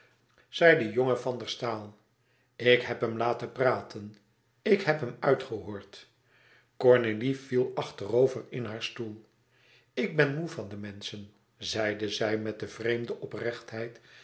zei de jonge van der staal ik heb hem laten praten ik heb hem uitgehoord cornélie viel achterover in haar stoel ik ben moê van de menschen zeide zij met de vreemde oprechtheid